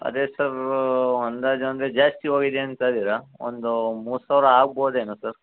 ಅದೇ ಸರ್ ಅಂದಾಜು ಅಂದರೆ ಜಾಸ್ತಿ ಹೋಗಿದೆ ಅಂತ ಇದ್ದೀರಾ ಒಂದು ಮೂರು ಸಾವಿರ ಆಗ್ಬೋದು ಏನೋ ಸರ್